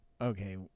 Okay